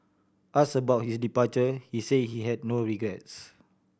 ask about his departure he say he had no regrets